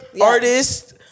artist